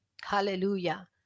Hallelujah